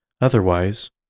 Otherwise